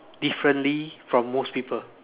differently from most people